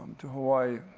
to hawaii.